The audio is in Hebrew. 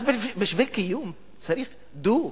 אז, בשביל קיום צריך דו.